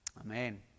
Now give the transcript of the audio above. Amen